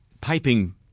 piping